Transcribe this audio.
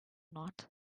not